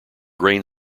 grain